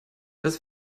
das